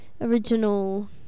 original